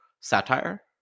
satire